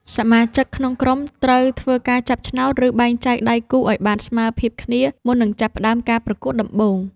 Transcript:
សមាជិកក្នុងក្រុមត្រូវធ្វើការចាប់ឆ្នោត ឬបែងចែកដៃគូឱ្យបានស្មើភាពគ្នា មុននឹងចាប់ផ្ដើមការប្រកួតដំបូង។